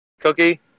Cookie